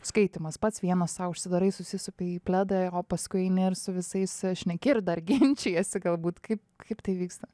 skaitymas pats vienas sau užsidarai susisupi į pledą o paskui eini ir su visais šneki ir dar ginčijiesi galbūt kaip kaip tai vyksta